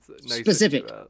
Specific